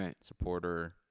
supporter